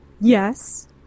Yes